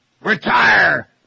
Retire